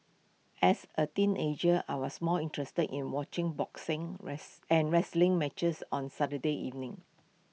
as A teenager I was more interested in watching boxing rice and wrestling matches on Saturday evenings